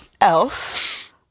else